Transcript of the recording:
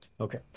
Okay